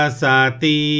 sati